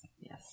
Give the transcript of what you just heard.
Yes